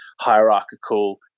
hierarchical